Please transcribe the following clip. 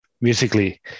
Musically